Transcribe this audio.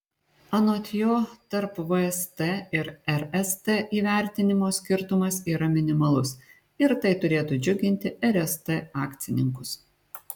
anot jo tarp vst ir rst įvertinimo skirtumas yra minimalus ir tai turėtų džiuginti rst akcininkus